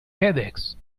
headaches